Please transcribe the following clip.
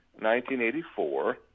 1984